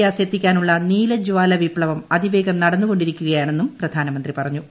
gas എത്തിക്കാനുള്ള നീലജാല വിപ്തവം അതിവേഗം നടന്നുകൊണ്ടിരിക്കുകയാണെന്നും പ്രധാനമന്ത്രി പറഞ്ഞു